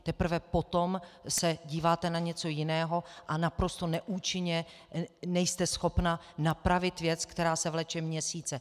Teprve potom se díváte na něco jiného a naprosto neúčinně nejste schopna napravit věc, která se vleče měsíce.